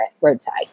roadside